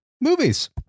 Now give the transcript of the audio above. movies